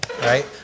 right